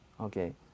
okay